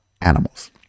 animals